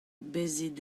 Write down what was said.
bezit